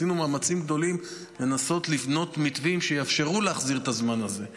עשינו מאמצים גדולים לנסות לבנות מתווים שיאפשרו להחזיר את הזמן הזה,